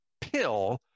pill